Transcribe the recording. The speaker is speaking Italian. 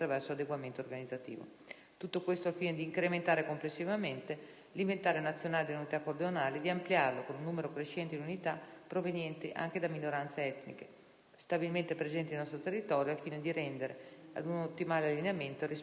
Tutto questo al fine di incrementare complessivamente l'inventario nazionale delle unità cordonali e di ampliarlo con un numero crescente di unità provenienti anche da minoranze etniche, stabilmente presenti nel nostro territorio, al fine di tendere ad un ottimale allineamento rispetto alle richieste terapeutiche.